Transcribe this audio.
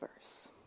verse